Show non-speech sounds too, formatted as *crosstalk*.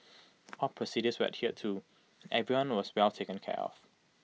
all procedures were adhered to everyone was *unintelligible* taken care of